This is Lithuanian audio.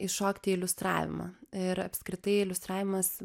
įšokt į iliustravimą ir apskritai iliustravimas